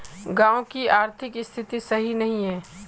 गाँव की आर्थिक स्थिति सही नहीं है?